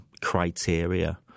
criteria